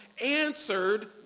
answered